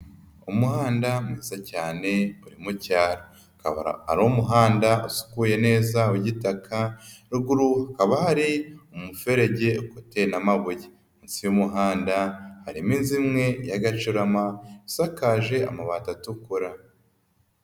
Umuhanda mwiza cyane uri mu cyaro ukaba ari umuhanda usukuye neza w'igitaka, ruguru hakaba hari umuferege ukoteye n'amabuye, munsi y'umuhanda harimo inzu imwe y'agacurama isakaje amabati atukura.